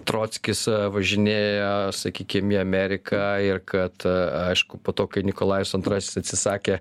trockis važinėja sakykim į ameriką ir kad aišku po to kai nikolajus antrasis atsisakė